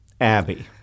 Abby